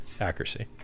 accuracy